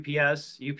UPS